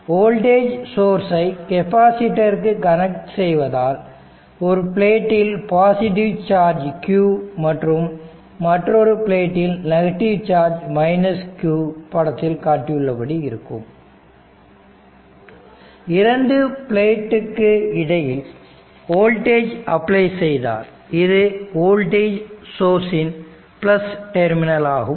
voltage சோர்ஸ்சை capacitor க்கு connect செய்வதால் ஒரு பிளேட்டில் பாசிடிவ் சார்ஜ் q மற்றும் மற்றொரு பிளேட்டில் நெகட்டிவ் சார்ஜ் q படத்தில் காட்டியுள்ளபடி இருக்கும் இரண்டு பிளேட்டுக்கு இடையில் வோல்டேஜ் அப்ளை செய்தால் இது வோல்டேஜ் சோர்ஸ் இன் டெர்மினல் ஆகும்